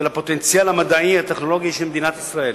הפוטנציאל המדעי הטכנולוגי של מדינת ישראל,